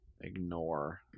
ignore